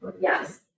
Yes